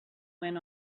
when